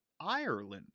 Ireland